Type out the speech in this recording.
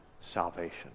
salvation